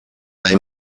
they